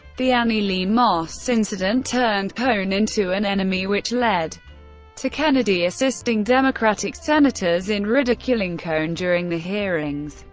the annie lee moss incident turned cohn into an enemy, which led to kennedy assisting democratic senators in ridiculing cohn during the hearings.